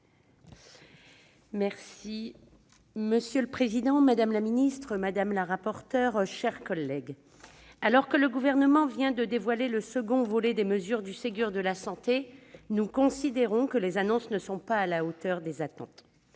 Monsieur le président, madame la ministre, chers collègues, alors que le Gouvernement vient de dévoiler le second volet des mesures du Ségur de la santé, nous considérons que les annonces ne sont pas à la hauteur des attentes.